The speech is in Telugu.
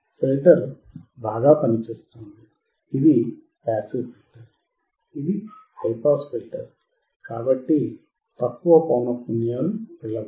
ఫిల్టర్ బాగా పనిచేస్తోంది ఇది పాసివ్ ఫిల్టర్ మరియు ఇది హైపాస్ ఫిల్టర్ కాబట్టి తక్కువ పౌనఃపున్యాలు వెళ్ళకూడదు